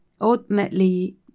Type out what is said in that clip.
ultimately